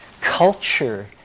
Culture